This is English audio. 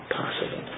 possible